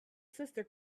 sister